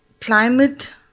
climate